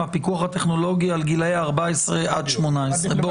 מהפיקוח הטכנולוגי על גילאי 14 עד 18. בדיוק.